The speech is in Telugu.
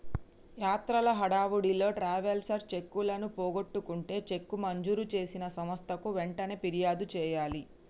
యాత్రల హడావిడిలో ట్రావెలర్స్ చెక్కులను పోగొట్టుకుంటే చెక్కు మంజూరు చేసిన సంస్థకు వెంటనే ఫిర్యాదు చేయాలి